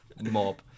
Mob